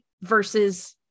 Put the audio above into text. versus